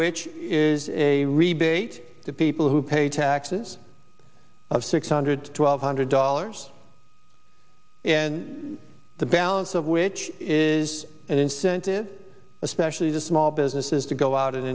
which is a rebate to people who pay taxes of six hundred twelve hundred dollars in the balance of which is an incentive especially to small businesses to go out and